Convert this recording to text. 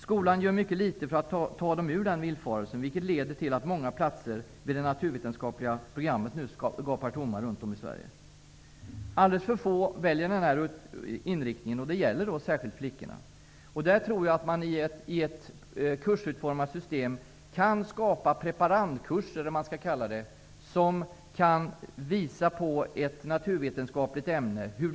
Skolan gör mycket litet för att ta flickorna ur den villfarelsen, vilket leder till att många platser vid det naturvetenskapliga programmet nu gapar tomma runt om i landet. Alldeles för få väljer denna inriktning. Det gäller alltså särskilt flickorna. Jag tror att man i ett kursutformat system kan skapa ''preparandkurser'' som kan visa hur ett naturvetenskapligt ämne fungerar.